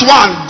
one